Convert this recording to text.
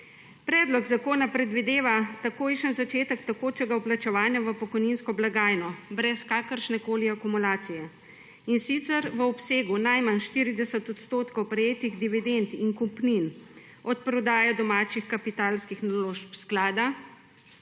Predlog zakona predvideva takojšen začetek tekočega vplačevanja v pokojninsko blagajno, brez kakršnekoli akumulacije in sicer, v obsegu najmanj 40 % prejetih dividend in kupnin, od prodaje domačih kapitalskih naložb sklada,